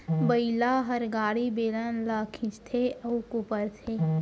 बइला हर गाड़ी, बेलन ल खींचथे अउ कोपरथे